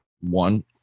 one